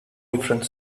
different